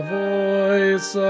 voice